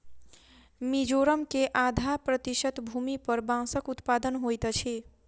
मिजोरम के आधा प्रतिशत भूमि पर बांसक उत्पादन होइत अछि